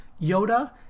Yoda